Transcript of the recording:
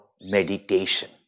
meditation